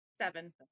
seven